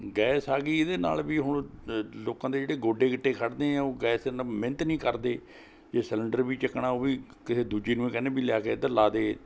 gas ਆ ਗਈ ਇਹਦੇ ਨਾਲ਼ ਵੀ ਹੁਣ ਲੋਕਾਂ ਦੇ ਜਿਹੜੇ ਗੋਡੇ ਗਿੱਟੇ ਖੜ੍ਹਦੇ ਆ ਉਹ ਗੈਸ ਨ ਮਿਹਨਤ ਨਹੀਂ ਕਰਦੇ ਜੇ ਸਿਲੰਡਰ ਵੀ ਚੱਕਣਾ ਉਹ ਵੀ ਖ ਕਿਸੇ ਦੂਜੇ ਨੂੰ ਹੀ ਕਹਿੰਦੇ ਵੀ ਲਿਆ ਕੇ ਇੱਧਰ ਲਾ ਦੇ